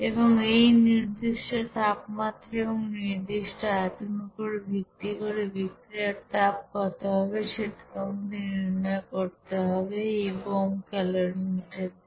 এবং এই নির্দিষ্ট তাপমাত্রা এবং নির্দিষ্ট আয়তন এর উপর ভিত্তি করে বিক্রিয়ার তাপ কত হবে সেটা তোমাদের নির্ণয় করতে হবে এই বোম্ব ক্যালরিমিটার দিয়ে